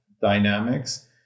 dynamics